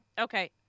Okay